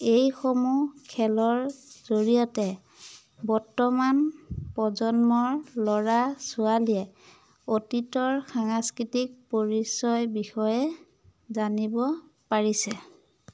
এইসমূহ খেলৰ জৰিয়তে বৰ্তমান প্ৰজন্মৰ ল'ৰা ছোৱালীয়ে অতীতৰ সাংস্কৃতিক পৰিচয় বিষয়ে জানিব পাৰিছে